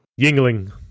Yingling